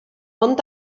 ond